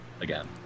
again